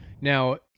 Now